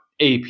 ap